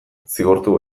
zigortu